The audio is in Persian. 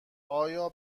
ایا